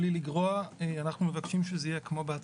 בלי לקרוע,